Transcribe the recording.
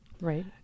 Right